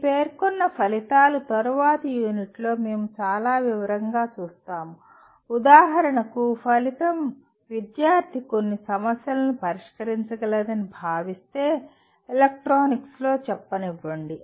మీ పేర్కొన్న ఫలితాలు తరువాతి యూనిట్లలో మేము చాలా వివరంగా చూస్తాము ఉదాహరణకు ఫలితం విద్యార్థి కొన్ని సమస్యలను పరిష్కరించగలదని భావిస్తే ఎలక్ట్రానిక్స్లో చెప్పనివ్వండి